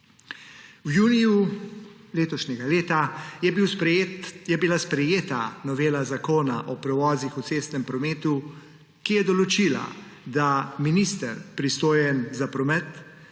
V juliju letošnjega leta je bila sprejeta novela Zakona o prevozih v cestnem prometu, ki je določila, da minister, pristojen za promet,